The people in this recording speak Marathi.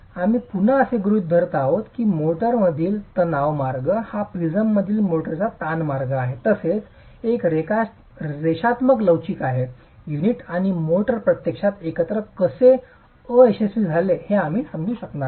आम्ही पुन्हा असे गृहीत धरत आहोत की मोर्टारमधील तणाव मार्ग हा प्रिझममधील मोर्टारचा ताण मार्ग आहे तसेच एक रेषात्मक लवचिक आहे युनिट आणि मोर्टार प्रत्यक्षात एकत्र कसे अयशस्वी झाले हे आम्ही समजू शकणार नाही